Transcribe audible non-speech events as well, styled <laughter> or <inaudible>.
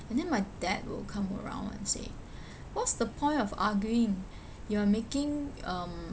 and then my dad will come around and say <breath> what's the point of arguing <breath> you are making um